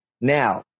Now